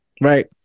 right